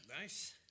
Nice